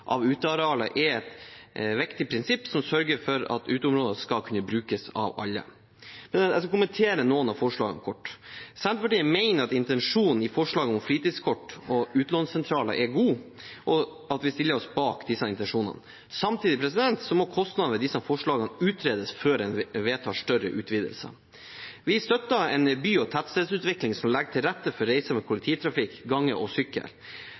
av utearealer er et viktig prinsipp som sørger for at uteområder skal kunne brukes av alle. Jeg skal kommentere noen av forslagene, kort: Senterpartiet mener at intensjonen i forslaget om fritidskort og utlånssentraler er god, og vi stiller oss bak disse intensjonene. Samtidig må kostnadene ved disse forslagene utredes før en vedtar større utvidelser. Vi støtter en by- og tettstedsutvikling som legger til rette for reise med kollektivtrafikk, gange og sykkel.